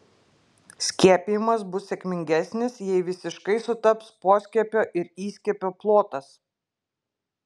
skiepijimas bus sėkmingesnis jei visiškai sutaps poskiepio ir įskiepio plotas